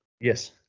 Yes